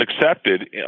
accepted